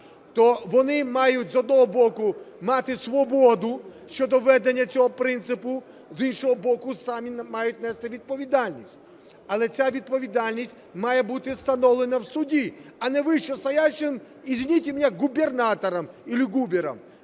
то вони мають, з одного боку, мати свободу щодо введення цього принципу. З іншого боку, самі мають нести відповідальність, але ця відповідальність має бути встановлена в суді, а не вищестоящим, извините меня, губернатором или губером.